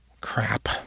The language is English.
Crap